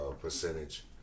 percentage